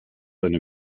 eine